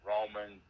Roman